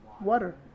water